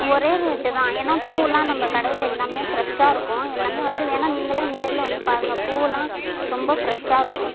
ஒரே ரேட்டு தான் ஏன்னால் பூவெலாம் நம்ப கடையில எல்லாமே ஃப்ரெஷ்ஷாக இருக்கும் எல்லாமே வந்து வேண்ணால் நீங்களே நேரில் வந்து பாருங்க பூவெலாம் ரொம்ப ஃப்ரெஷ்ஷாகருக்கும்